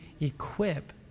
equip